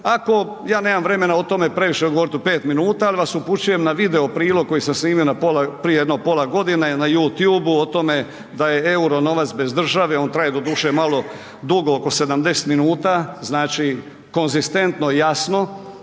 ako, ja nemam vremena o tome previše govorit u 5 minuta, al vas upućujem na video prilog koji sam snimio na pola, prije jedno pola godine na YouTube o tome da je EUR-o novac bez države, on traje doduše malo dugo oko 70 minuta, znači konzistentno i jasno,